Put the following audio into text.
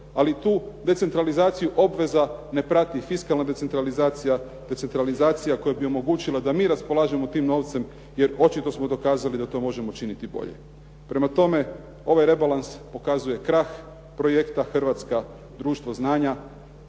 Ali tu decentralizaciju obveza ne prati fiskalna decentralizacija, decentralizacija koja bi omogućila da mi raspolažemo tim novcem, jer očito smo dokazali da to možemo učiniti bolje. Prema tome, ovaj rebalans pokazuje krah projekta "Hrvatska društvo znanja",